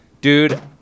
Dude